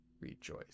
rejoice